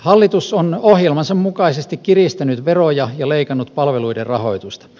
hallitus on ohjelmansa mukaisesti kiristänyt veroja ja leikannut palveluiden rahoitusta